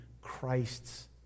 Christ's